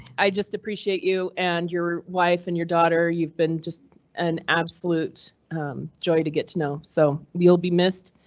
i just appreciate you and your wife and your daughter. you've been just an absolute joy to get to know, so you'll be missed.